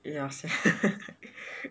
ya sia